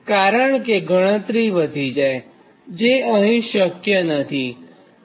કારણ કે ગણતરી વધી જાયજે અહીં શક્ય નથી